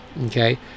okay